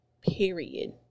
period